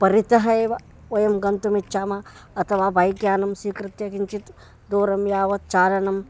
परितः एव वयं गन्तुम् इच्छामः अथवा बैक्यानं स्वीकृत्य किञ्चित् दूरं यावत् चारणम्